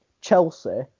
Chelsea